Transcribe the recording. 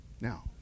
Now